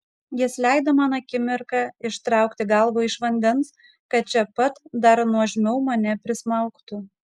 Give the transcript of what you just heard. jis leido man akimirką ištraukti galvą iš vandens kad čia pat dar nuožmiau mane prismaugtų